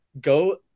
go